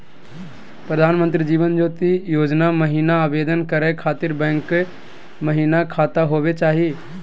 प्रधानमंत्री जीवन ज्योति योजना महिना आवेदन करै खातिर बैंको महिना खाता होवे चाही?